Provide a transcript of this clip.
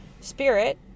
spirit